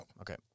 Okay